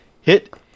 hit